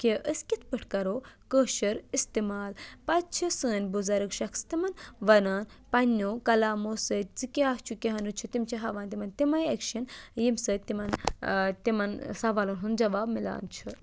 کہِ أسۍ کِتھ پٲٹھۍ کَرو کٲشُر اِستعمال پَتہٕ چھِ سٲنۍ بُزرٕگ شخص تِمَن وَنان پنٛنیو کَلامو سۭتۍ زِ کیٛاہ چھُ کیٛاہ نہٕ چھُ تِم چھِ ہاوان تِمَن تِمَے اٮ۪کشَن ییٚمۍ سۭتۍ تِمَن تِمَن سوالَن ہُنٛد جواب میلان چھُ